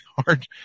hard